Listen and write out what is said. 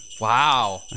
Wow